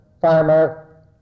farmer